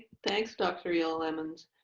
thanks, dr. yeah aiello-lammens.